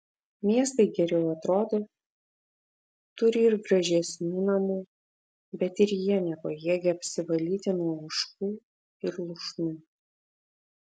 miestai geriau atrodo turi ir gražesnių namų bet ir jie nepajėgia apsivalyti nuo ožkų ir lūšnų